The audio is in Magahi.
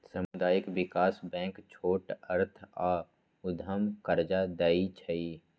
सामुदायिक विकास बैंक छोट अर्थ आऽ उद्यम कर्जा दइ छइ